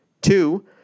Two